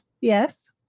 Yes